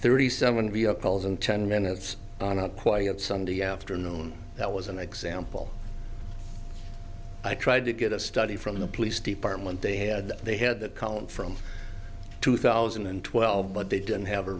thirty seven vehicles in ten minutes on a quiet sunday afternoon that was an example i tried to get a study from the police department they had they had the column from two thousand and twelve but didn't have a